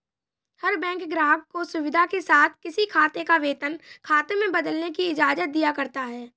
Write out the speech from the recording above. हर bank ग्राहक को सुविधा के साथ किसी खाते को वेतन खाते में बदलने की इजाजत दिया करता है